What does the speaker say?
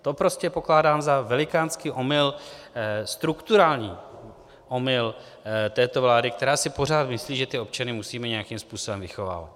To prostě pokládám za velikánský omyl, strukturální omyl této vlády, která si pořád myslí, že občany musíme nějakým způsobem vychovávat.